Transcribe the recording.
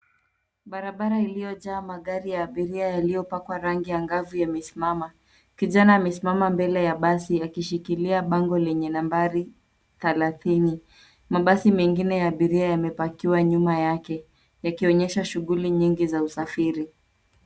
Barabara iliyojaa magari ya abiria yaliyopakwa rangi ya angavu yamesimama. Kijana amesimama mbele ya basi akishikilia bango lenye nambari thelathini. Mabasi mengine ya abiria yamepakiwa nyuma yake yakionyesha shughuli nyingi za usafiri.